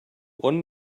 one